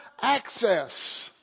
access